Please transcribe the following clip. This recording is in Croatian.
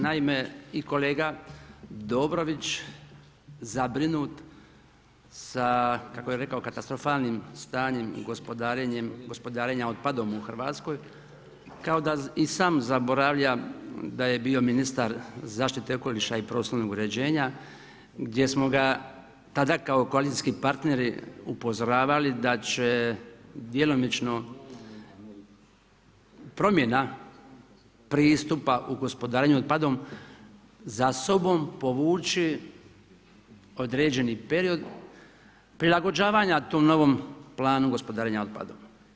Naime i kolega Dobrović zabrinut sa kako je rekao katastrofalnim stanjem gospodarenja otpadom u Hrvatskoj, kao da i sam zaboravlja da je bio ministar zaštite okoliša i prostornog uređenja gdje smo ga tada kao koalicijski partneri upozoravali da će djelomično promjena pristupa u gospodarenju otpadom za sobom povući određeni period prilagođavanja tom novom Planu gospodarenja otpadom.